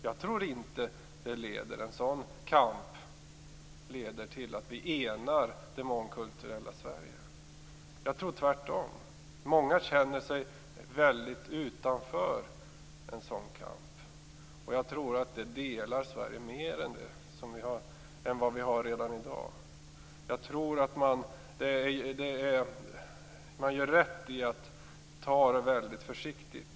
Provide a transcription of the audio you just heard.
Jag tror inte att en sådan kamp leder till att vi enar det mångkulturella Sverige, tvärtom. Många känner sig väldigt utanför en sådan kamp. Det delar nog Sverige mera än vad som är fallet i dag. Man gör rätt i att ta det väldigt försiktigt.